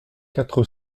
quatre